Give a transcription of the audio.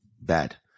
bad